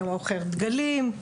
היה מוכר דגלים,